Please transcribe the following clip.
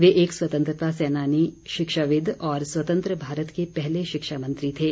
वे एक स्वतंत्रता सेनानी शिक्षाविद और स्वतंत्र भारत के पहले शिक्षा मंत्री थे